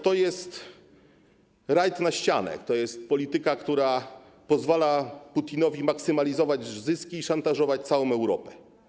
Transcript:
To jest rajd na ścianę, to jest polityka, która pozwala Putinowi maksymalizować zyski i szantażować całą Europę.